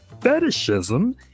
Fetishism